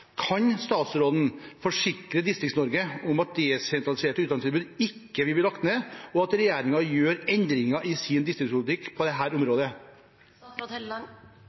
Kan statsråden forsikre Distrikts-Norge om at desentraliserte utdanningstilbud ikke vil bli lagt ned, og at regjeringen vil gjøre endringer i sin distriktspolitikk på